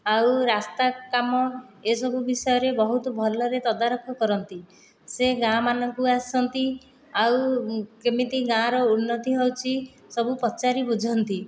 ଆଉ ରାସ୍ତା କାମ ଏହିସବୁ ବିଷୟରେ ବହୁତ ଭଲରେ ତଦାରଖ କରନ୍ତି ସେ ଗାଁ ମାନଙ୍କୁ ଆସନ୍ତି ଆଉ କେମିତି ଗାଁର ଉନ୍ନତି ହେଉଛି ସବୁ ପଚାରି ବୁଝନ୍ତି